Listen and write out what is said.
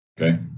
Okay